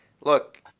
Look